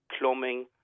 plumbing